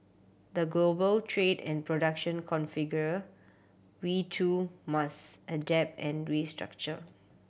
the global trade and production configure we too must adapt and restructure